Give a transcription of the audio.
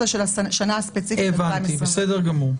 בסדר גמור.